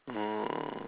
oh